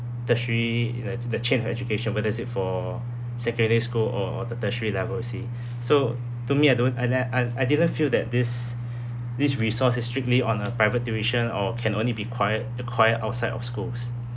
tertiary like to the chain education whether is it for secondary school or or the tertiary level you see so to me I don't and I and I didn't feel that this this resource is strictly on a private tuition or can only be ~ quire acquire outside of schools